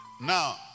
Now